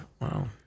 Wow